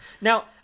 Now